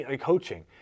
coaching